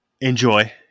enjoy